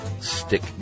stick